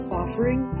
offering